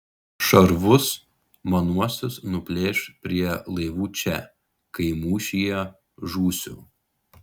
šarvus manuosius nuplėš prie laivų čia kai mūšyje žūsiu